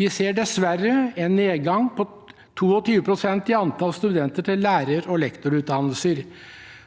Vi ser dessverre en nedgang på 22 pst. i antall studenter til lærer- og lektorutdanninger,